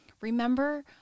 Remember